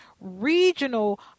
regional